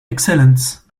excellence